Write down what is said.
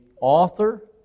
author